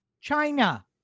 China